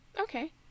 Okay